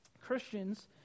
Christians